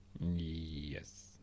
Yes